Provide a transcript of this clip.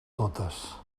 totes